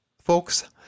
folks